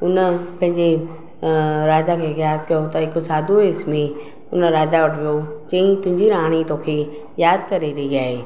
त हुन पंहिंजे राजा अं खे यादि कयो त हिकु साधू वेस में उन राजा वटि वियो चयाईं तुंहिंजी राणी तोखे यादि करे रही आहे